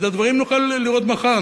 את הדברים נוכל לראות מחר.